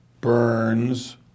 Burns